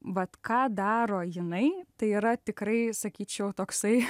vat ką daro jinai tai yra tikrai sakyčiau toksai